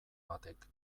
batek